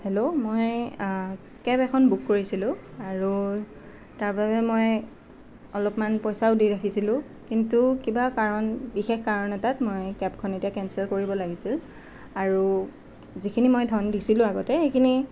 hello মই cab এখন book কৰিছিলোঁ আৰু তাৰ বাবে মই অলপমান পইচাও দি ৰাখিছিলোঁ কিন্তু কিবা কাৰণ বিশেষ কাৰণ এটাত মই এতিয়া কেবখন কেঞ্চেল কৰিব লাগিছিল আৰু যিখিনি মই ধন দিছিলোঁ আগতে সেইখিনি